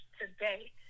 today